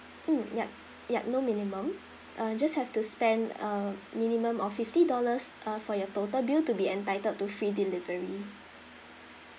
mm yup yup no minimum uh just have to spend a minimum of fifty dollars uh for your total bill to be entitled to free delivery